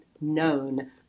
known